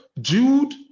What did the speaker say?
Jude